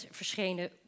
verschenen